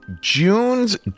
June's